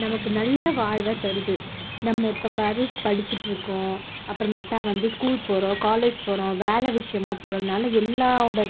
நமக்கு நல்ல வாழ்வ தருது நம்ம இப்போ பரிச் படிச்சிட்டிருக்கோம் அப்புறமேட்டா வந்து ஸ்கூல் போகிறோம் காலேஜ் போகிறோம் வேலை விஷயமா போகிறதுனால எல்லாவோட